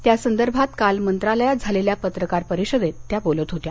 त्यासंदर्भात काल मंत्रालयात झालेल्या पत्रकार परिषदेत पंकजा मुंडे बोलत होत्या